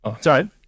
Sorry